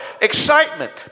excitement